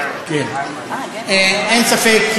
אין ספק,